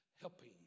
helping